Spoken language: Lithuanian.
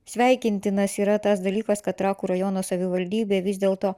sveikintinas yra tas dalykas kad trakų rajono savivaldybė vis dėlto